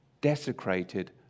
desecrated